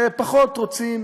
ופחות רוצים